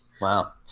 Wow